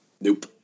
Nope